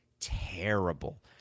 terrible